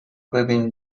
ببین